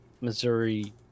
Missouri